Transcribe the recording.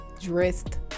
Dressed